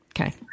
Okay